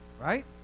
Right